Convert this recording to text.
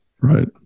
Right